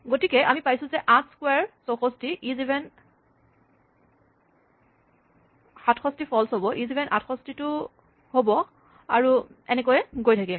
গতিকে আমি পাইছোঁ ৮ ৰ ক্সোৱাৰ ৬৪ ইজইভেন ৬৭ ফল্চ হ'ব ইজইভেন ৬৮ ট্ৰো হ'ব আৰু এনেকৈয়ে গৈ থাকিম